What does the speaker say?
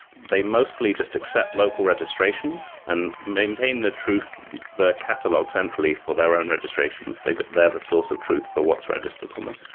they mostly just accept local registrations and maintain the truth the the catalog centrally for their own registrations. but they're the source of truth for what's registered on them.